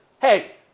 hey